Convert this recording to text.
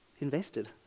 invested